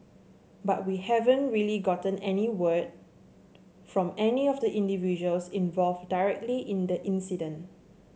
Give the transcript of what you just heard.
but we haven't really gotten any word from any of the individuals involved directly in the incident